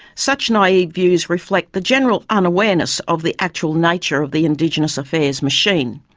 such naive views reflect the general unawareness of the actual nature of the indigenous affairs machine.